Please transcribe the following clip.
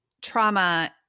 trauma